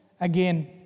again